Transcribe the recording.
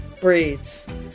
breeds